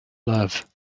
love